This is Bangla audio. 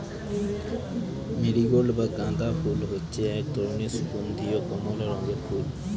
মেরিগোল্ড বা গাঁদা ফুল হচ্ছে এক ধরনের সুগন্ধীয় কমলা রঙের ফুল